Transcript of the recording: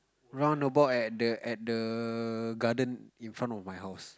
round about at the at the garden in front of my house